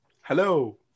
Hello